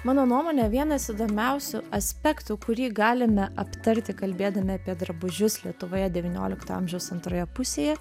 mano nuomone vienas įdomiausių aspektų kurį galime aptarti kalbėdami apie drabužius lietuvoje devyniolikto amžiaus antroje pusėje